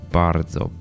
bardzo